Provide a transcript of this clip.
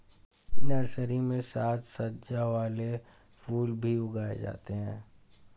nursery में साज सज्जा वाले फूल भी उगाए जाते हैं